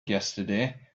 yesterday